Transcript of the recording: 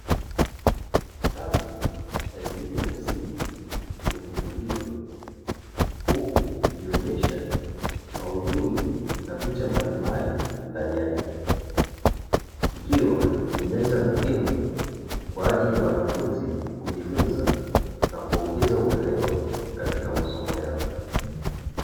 Kitabu cha elimu ya msingi kimefunguliwa huku kikionyesha maudhui na picha mbalimbali ndani yake, kikiwa ni nyanja muhimu kwa ajili ya wanafunzi kujifunza na kuongeza uelewa katika masomo yao.